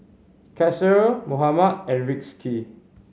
Kasih Muhammad and Rizqi